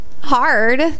hard